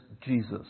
Jesus